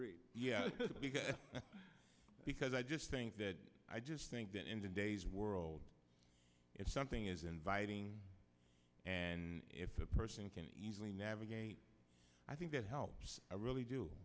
little because i just think that i just think that in today's world if something is inviting and if a person can easily navigate i think that helps i really